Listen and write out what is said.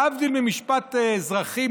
להבדיל ממשפט אזרחי,